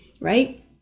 right